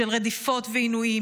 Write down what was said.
של רדיפות ועינויים,